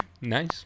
Nice